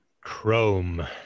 Chrome